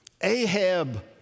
Ahab